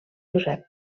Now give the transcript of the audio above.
josep